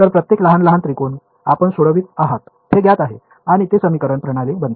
तर प्रत्येक लहान लहान त्रिकोण आपण सोडवित आहात हे अज्ञात आहे आणि ते समीकरण प्रणाली बनवते